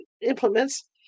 implements